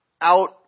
out